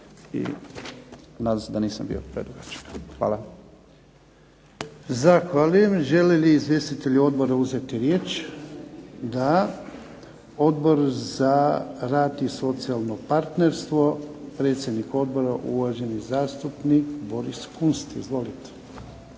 i nadam se da nisam bio predugačak. Hvala.